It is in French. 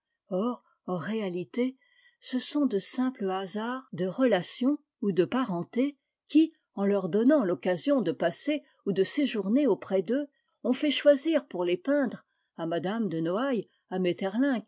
or en réalité ce sont de simples hasards de relations ou de parenté qui en leur donnant l'occasion de passer ou de séjourner auprès d'eux ont fait choisir pour les peindre à m e de noailles à